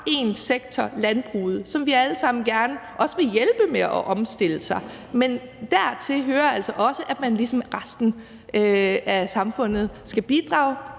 en sektor, nemlig landbruget, som vi alle sammen gerne vil hjælpe med at omstille sig, men dertil hører altså også, at man ligesom resten af samfundet skal bidrage